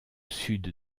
sud